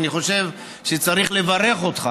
אני חושב שצריך לברך אותך